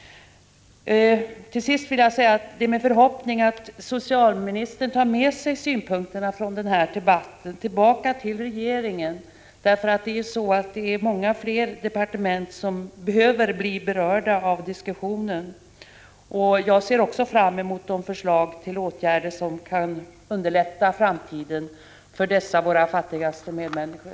Till sist vill jag säga att det är min förhoppning att socialministern tar med sig synpunkterna från den här debatten tillbaka till regeringen, eftersom många departement behöver ta del av den här diskussionen. Jag ser fram emot förslag till åtgärder som kan underlätta framtiden för dessa våra fattigaste medmänniskor.